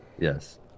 yes